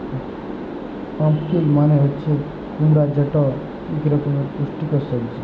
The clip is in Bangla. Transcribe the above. পাম্পকিল মালে হছে কুমড়া যেট ইক রকমের পুষ্টিকর সবজি